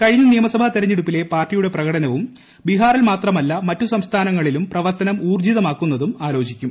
കഴിഞ്ഞ നിയമസഭാ തെരഞ്ഞെടുപ്പിലെ പാർട്ടിയുടെ പ്രകടനവും ബിഹാറിൽ മാത്രമല്ല മറ്റു സംസ്ഥാനങ്ങളിലും പ്രവർത്തനം ഊർജിതമാക്കുന്നതും ആലോചിക്കും